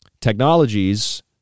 technologies